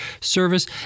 service